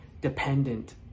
dependent